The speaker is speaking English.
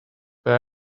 bag